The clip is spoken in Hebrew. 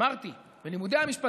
אמרתי: בלימודי המשפטים,